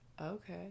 Okay